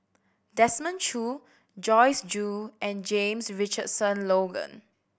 Desmond Choo Joyce Jue and James Richardson Logan